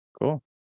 cool